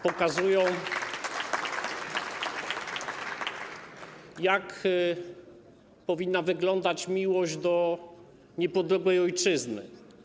Pokazują, jak powinna wyglądać miłość do niepodległej ojczyzny.